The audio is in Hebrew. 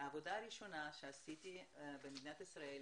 במדינת ישראל,